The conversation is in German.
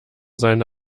seine